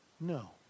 No